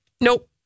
Nope